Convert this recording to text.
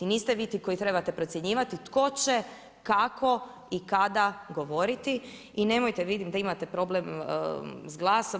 Niste vi ti koji trebate procjenjivati tko će, kako i kada govoriti i nemojte, vidim da imate problem s glasom.